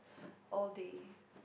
all day